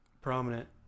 prominent